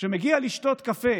שמגיע לשתות קפה